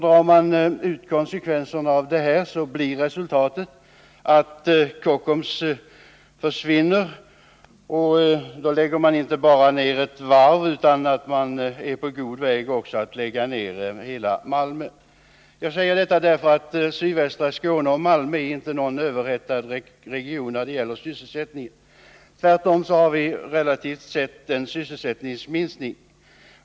Drar man ut konsekvenserna av detta blir resultatet att om Kockums försvinner så lägger man inte bara ned ett varv — man är på god väg att lägga ned hela Malmö. Jag säger detta därför att sydvästra Skåne och Malmö inte är någon överhettad region när det gäller sysselsättningen. Tvärtom har vi relativt sett en sysselsättningsminskning.